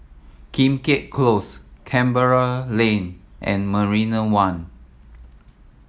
Keat Close Canberra Lane and Marina One